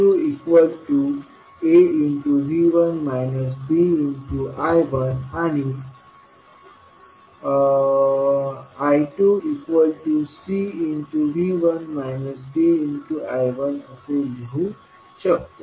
तर आपण हे V2aV1 bI1 आणि I2cV1 dI1 असे लिहू शकतो